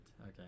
Okay